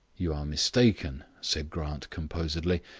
you are mistaken, said grant composedly.